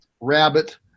rabbit